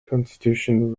constitution